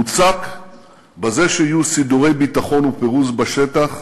מוצק בזה שיהיו סידורי ביטחון ופירוז בשטח,